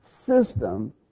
system